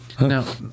Now